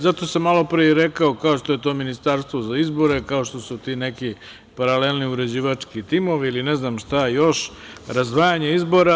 Zato sam malopre i rekao, kao što je to ministarstvo za izbore, kao što su ti neki paralelni uređivački timovi ili ne znam šta još, razdvajanje izbora.